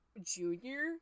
junior